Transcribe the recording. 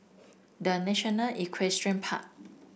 The National Equestrian Park